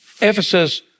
Ephesus